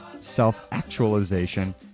self-actualization